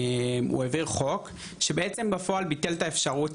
הוא העביר חוק שבעצם בפועל ביטל את האפשרות